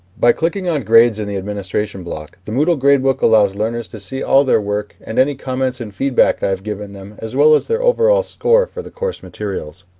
by clicking on grades in the administration block, the moodle gradebook allows learners to see all their work, and any comments and feedback i have given them as well as their overall score for the course materials.